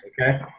okay